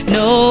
no